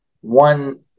one